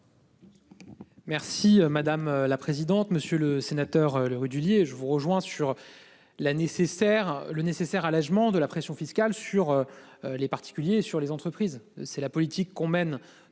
Merci madame la présidente, monsieur le sénateur Le Rudulier. Je vous rejoins sur. La nécessaire le nécessaire allégement de la pression fiscale sur. Les particuliers sur les entreprises, c'est la politique qu'on mène